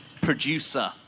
producer